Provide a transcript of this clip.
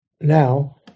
now